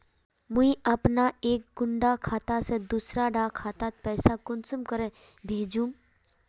मुई अपना एक कुंडा खाता से दूसरा डा खातात पैसा कुंसम करे भेजुम?